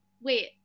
wait